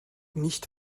nicht